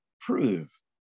prove